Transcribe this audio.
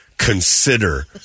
Consider